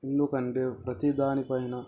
ఎందుకంటే ప్రతిదాని పైన